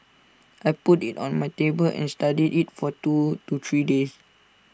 I put IT on my table and studied IT for two to three days